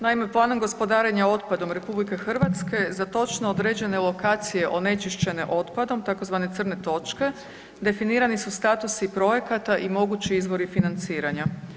Naime, planom gospodarenja otpadom RH za točno određene lokacije onečišćene otpadom, tzv. crne točke definirani su statusi projekata i mogući izvori financiranja.